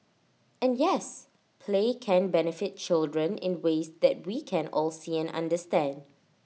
and yes play can benefit children in ways that we can all see and understand